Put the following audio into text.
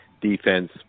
defense